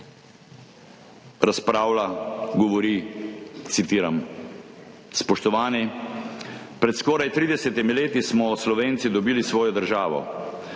razpravlja, govori, citiram: »Spoštovani, pred skoraj 30 leti smo Slovenci dobili svojo državo.